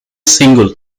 single